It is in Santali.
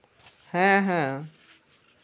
ᱦᱮᱸ ᱦᱮᱸ